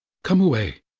come away!